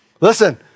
Listen